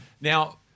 Now